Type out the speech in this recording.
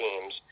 teams